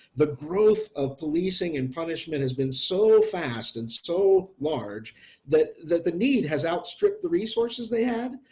the growth of policing and punishment has been so fast and so large that that the need has outstripped the resources they had.